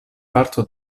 parto